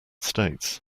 states